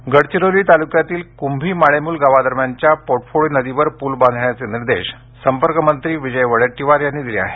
गडचिरोली गडचिरोली तालुक्यातील कुंभी माडेमूल गावादरम्यानच्या पोटफोडी नदीवर पूल बांधण्याचे निर्देश संपर्क मंत्री विजय वडेट्टीवार यांनी दिले आहेत